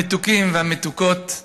המתוקים והמתוקות,